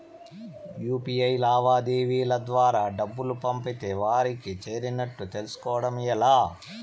UPI లావాదేవీల ద్వారా డబ్బులు పంపితే వారికి చేరినట్టు తెలుస్కోవడం ఎలా?